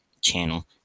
channel